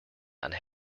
and